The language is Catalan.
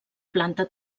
planta